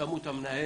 שמו את המנהל